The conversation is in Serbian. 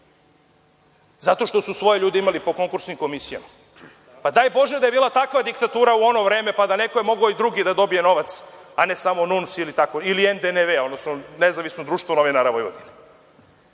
Zato što su svoje ljude imali po konkursnim komisijama. Pa daj bože da je bila takva diktatura u ono vreme pa da je i neko drugi mogao da dobije novac, a ne samo NUNS ili NDNV, odnosno Nezavisno društvo novinara Vojvodine.